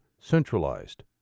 centralized